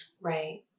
right